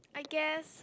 guess